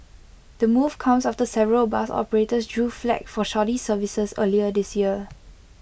the move comes after several bus operators drew flak for shoddy services earlier this year